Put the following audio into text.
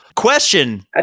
Question